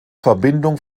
verbindung